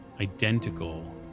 identical